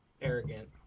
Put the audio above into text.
arrogant